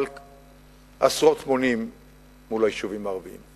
אבל עשרות מונים מול היישובים הערביים.